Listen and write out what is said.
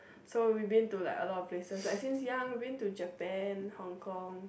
so we been to like a lot of places like since young been to Japan Hong Kong